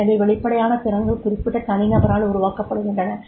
எனவே வெளிப்படையான திறன்கள் குறிப்பிட்ட தனிநபரால் உருவாக்கப்படுகின்றன